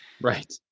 right